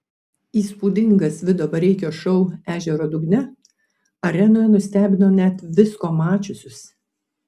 įspūdingas vido bareikio šou ežero dugne arenoje nustebino net visko mačiusius